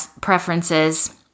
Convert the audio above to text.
preferences